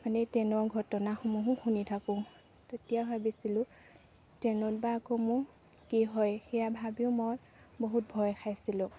মানে ট্ৰেইনৰ ঘটনাসমূহো শুনি থাকোঁ তেতিয়া ভাবিছিলোঁ ট্ৰেইনত বা আকৌ মোৰ কি হয় সেয়া ভাবিও মই বহুত ভয় খাইছিলোঁ